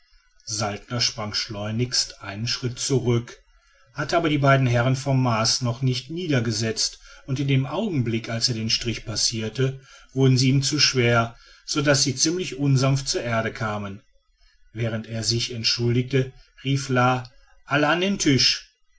saltner sprang schleunigst einen schritt zurück hatte aber die beiden herren vom mars noch nicht niedergesetzt und in dem augenblick als er den strich passierte wurden sie ihm zu schwer so daß sie ziemlich unsanft zur erde kamen während er sich entschuldigte rief la alle an den tisch